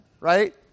right